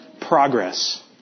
Progress